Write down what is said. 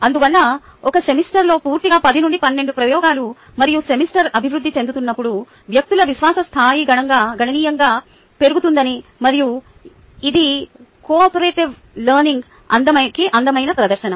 అందువల్ల ఒక సెమిస్టర్లో పూర్తిగా 10 నుండి 12 ప్రయోగాలు మరియు సెమిస్టర్ అభివృద్ధి చెందుతున్నప్పుడు ఈ వ్యక్తుల విశ్వాస స్థాయి గణనీయంగా పెరుగుతుంది మరియు ఇది కోఆపరేటివ్ లెర్నింగ్ అందమైన ప్రదర్శన